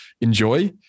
enjoy